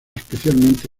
especialmente